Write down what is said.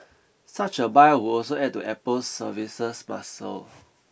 such a buyout would also add to Apple's services muscle